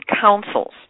councils